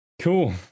cool